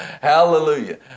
Hallelujah